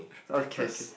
okay k